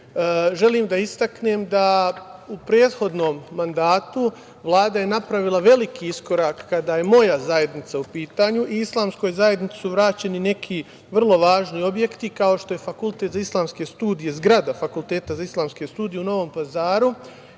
želim da istaknem da u prethodnom mandatu Vlada je napravila veliki iskorak kada je moja zajednica u pitanju, islamskoj zajednici su vraćeni neki vrlo važni objekti kao što je Fakultet za islamske studije, zgrada